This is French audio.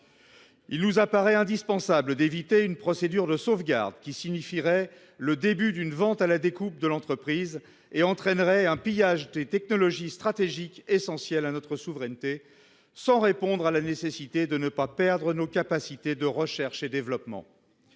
Il nous apparaît indispensable d’éviter une procédure de sauvegarde qui signerait le début d’une vente à la découpe de l’entreprise et entraînerait un pillage de technologies stratégiques essentielles à notre souveraineté, alors qu’il est nécessaire de maintenir nos capacités de recherche et développement.